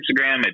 instagram